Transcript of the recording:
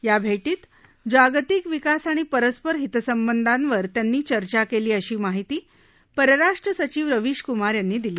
या भेटीत जागतिक विकास आणि परस्पर हितसंबंधांवर त्यांनी चर्चा केली अशी माहिती परराष्ट्रीय सचिव रवीश कुमार यांनी दिली